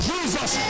Jesus